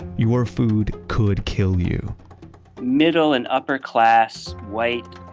your food could kill you middle and upper class white,